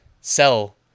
sell